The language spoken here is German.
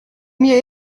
mir